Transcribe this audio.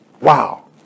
Wow